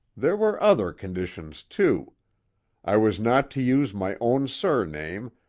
there were other conditions, too i was not to use my own surname,